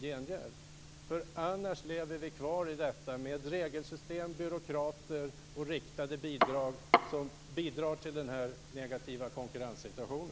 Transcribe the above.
Annars får vi leva kvar med ett byråkratiskt regelsystem och riktade bidrag, som leder till en negativ konkurrenssituation.